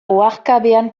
oharkabean